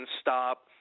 stop